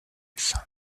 saint